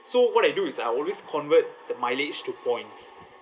so what I do is I always convert the mileage to points